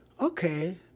Okay